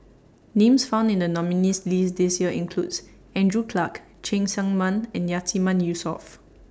Names found in The nominees' list This Year include Andrew Clarke Cheng Tsang Man and Yatiman Yusof